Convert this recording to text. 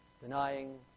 denying